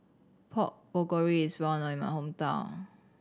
Pork Bulgogi is well known in my hometown